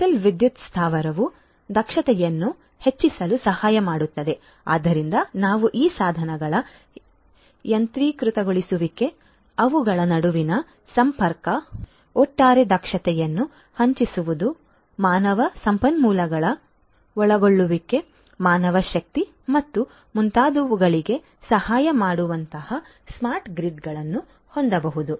digital ವಿದ್ಯುತ್ ಸ್ಥಾವರವು ದಕ್ಷತೆಯನ್ನು ಹೆಚ್ಚಿಸಲು ಸಹಾಯ ಮಾಡುತ್ತದೆ ಆದ್ದರಿಂದ ನಾವು ಈ ಸಾಧನಗಳ ಯಾಂತ್ರೀಕೃತಗೊಳಿಸುವಿಕೆ ಅವುಗಳ ನಡುವಿನ ಸಂಪರ್ಕ ಒಟ್ಟಾರೆ ದಕ್ಷತೆಯನ್ನು ಹೆಚ್ಚಿಸುವುದು ಮಾನವ ಸಂಪನ್ಮೂಲಗಳ ಒಳಗೊಳ್ಳುವಿಕೆ ಮಾನವಶಕ್ತಿ ಮತ್ತು ಮುಂತಾದವುಗಳಿಗೆ ಸಹಾಯ ಮಾಡುವಂತಹ ಸ್ಮಾರ್ಟ್ ಗ್ರಿಡ್ಗಳನ್ನು ಹೊಂದಬಹುದು